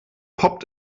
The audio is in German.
poppt